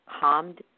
calmed